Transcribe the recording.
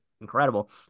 incredible